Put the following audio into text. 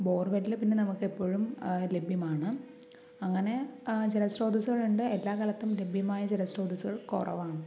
bore വെല്ലിലെ പിന്നെ നമുക്കെപ്പോഴും ലഭ്യമാണ് അങ്ങനെ ജലസ്രോതസ്സുകളുണ്ട് എല്ലാ കാലത്തും ലഭ്യമായ ജല സ്രോതസ്സുകൾ കുറവാണ്